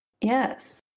Yes